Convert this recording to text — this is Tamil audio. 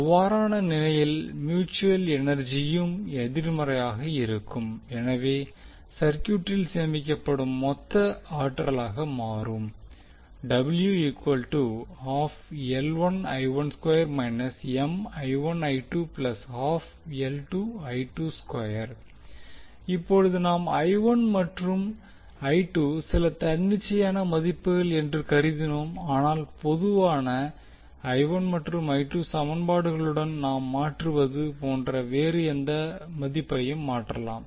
அவ்வாறான நிலையில் மியூட்சுவல் எனர்ஜியும் எதிர்மறையாக இருக்கும் எனவே சர்க்யூட்டில் சேமிக்கப்படும் மொத்த ஆற்றலாக மாறும் இப்போது நாம் மற்றும் சில தன்னிச்சையான மதிப்புகள் என்று கருதினோம் எனவே பொதுவான மற்றும் சமன்பாடுகளுடன் நாம் மாற்றுவது போன்ற வேறு எந்த மதிப்பையும் மாற்றலாம்